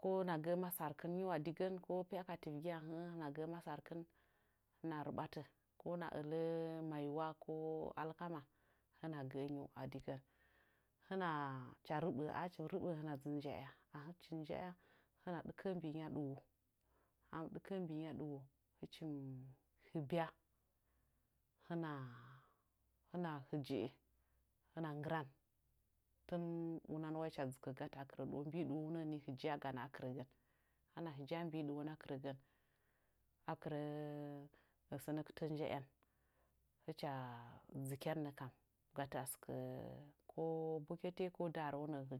kona gəə masarkɨn nyin a digən ko pya ka tiukɨn ahəə hɨna gə'ə masarkɨn hɨna reɓatə ko hɨna ələ maiwa ko alkama hɨna gəə nyiu adigən hɨna hɨcha reɓə achɨm reɓə hɨna dɨ njaya ahɨ chim nja'ya hɨna dɨkə'ə mbiinyi aɗɨwo ahɨn mɨ ɗɨkə'ə mbiinyi aɗɨwo hɨchim hɨbya hɨna hɨna hɨje'e hɨna nggɨran tɨn unan wai hɨcha dzɨkə gatə a ɗɨwo mbi'i ɗuwounəngən ni nɨjaganə a kɨrəgən hɨna hɨja'a mbi'i ɗɨwona kɨrəgən akɨrə sə nə kɨtə nja'yan hɨcha dzɨkyannə kam gatə a sɨkə ko bokote ko darewo nəə hɨje'en